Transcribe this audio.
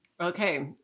Okay